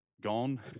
gone